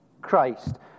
Christ